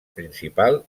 principal